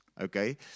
Okay